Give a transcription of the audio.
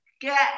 get